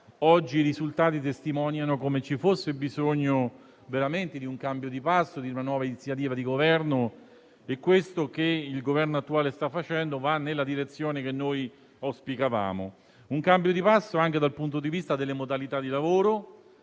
i risultati testimoniano come ci fosse bisogno veramente di un cambiamento, di una nuova iniziativa di Governo e quanto il Governo attuale sta facendo va nella direzione da noi auspicata. Si tratta di un cambio di passo anche dal punto di vista delle modalità di lavoro: